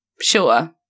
sure